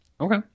Okay